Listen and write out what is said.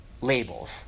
labels